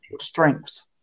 strengths